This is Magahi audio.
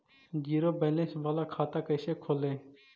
जीरो बैलेंस बाला खाता कैसे खोले?